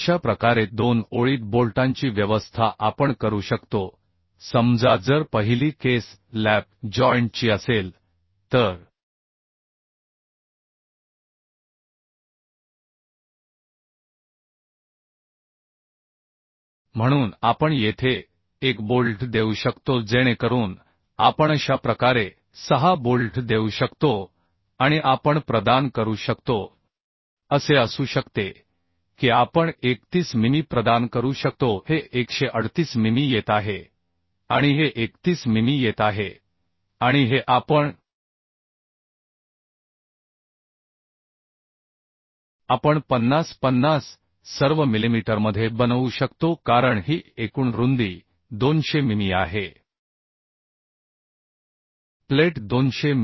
अशा प्रकारे दोन ओळीत बोलटांची व्यवस्था आपण करू शकतो समजा जर पहिली केस लॅप जॉइंटची असेल तर म्हणून आम्ही येथे एक बोल्ट देऊ शकतो जेणेकरून आम्ही अशा प्रकारे सहा बोल्ट देऊ शकतो आणि आम्ही प्रदान करू शकतो असे असू शकते की आपण 31 मिमी प्रदान करू शकतो हे 138 मिमी येत आहे आणि हे 31 मिमी येत आहे आणि हे आपण आपण 50 50 सर्व मिलिमीटरमध्ये बनवू शकतो कारण ही एकूण प्लेटची रुंदी 200 मिमी आहे 200 मि